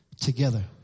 together